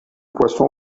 poisson